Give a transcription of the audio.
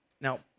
Now